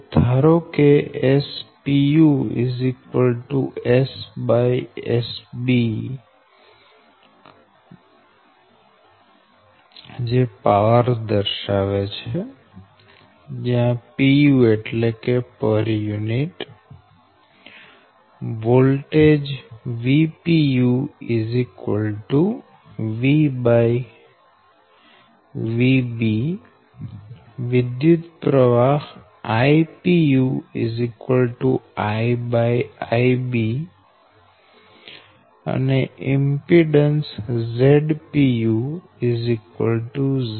ધારો કે power Spu SSB voltage Vpu VVB વિદ્યુતપ્રવાહ Ipu IIBઅને ઇમ્પીડેન્સ Zpu ZZBછે